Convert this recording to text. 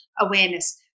awareness